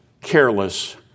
careless